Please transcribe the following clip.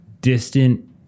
distant